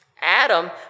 Adam